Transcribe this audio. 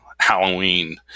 Halloween